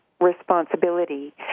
responsibility